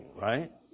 right